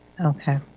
Okay